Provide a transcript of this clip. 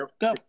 go